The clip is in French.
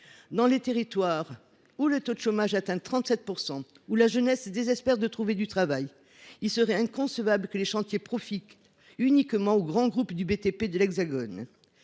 Dans un territoire où le taux de chômage atteint 37 % et où la jeunesse désespère de trouver du travail, il serait inconcevable que les chantiers profitent uniquement aux grands groupes de BTP de l’Hexagone.